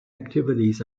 activities